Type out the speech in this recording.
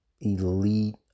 elite